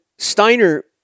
Steiner